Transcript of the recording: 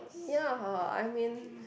ya I mean